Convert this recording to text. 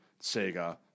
Sega